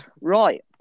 Right